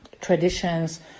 traditions